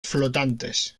flotantes